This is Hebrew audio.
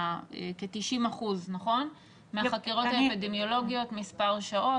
אמרו שכ-90% מהחקירות האפידמיולוגיות, מספר שעות.